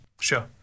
Sure